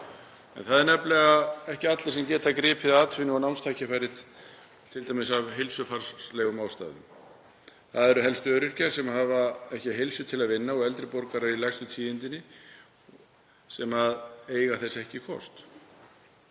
Það eru nefnilega ekki allir sem geta gripið atvinnu- og námstækifæri, t.d. af heilsufarslegum ástæðum. Það eru helst öryrkjar sem hafa ekki heilsu til að vinna og eldri borgarar í lægstu tíundinni sem eiga þess ekki kost.